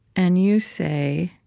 and you say,